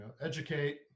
educate